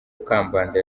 kambanda